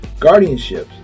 guardianships